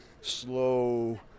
slow